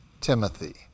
Timothy